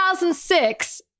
2006